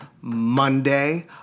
Monday